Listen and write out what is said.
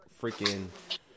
Freaking